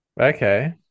Okay